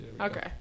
Okay